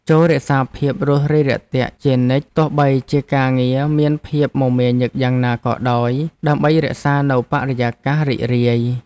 ចូររក្សាភាពរួសរាយរាក់ទាក់ជានិច្ចទោះបីជាការងារមានភាពមមាញឹកយ៉ាងណាក៏ដោយដើម្បីរក្សានូវបរិយាកាសរីករាយ។